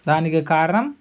దానికి కారణం